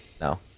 No